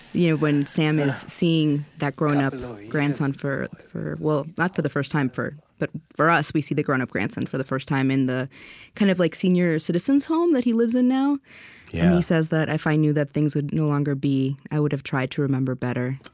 yeah when sam is seeing that grown-up grandson for for well, not for the first time but for us, we see the grown-up grandson for the first time in the kind of like senior citizens home that he lives in now. and yeah he says that if i knew that things would no longer be, i would have tried to remember better.